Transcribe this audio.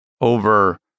over